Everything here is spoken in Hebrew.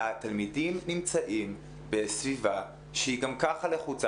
התלמידים נמצאים בסביבה שהיא גם ככה לחוצה,